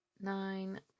Nine